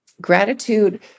Gratitude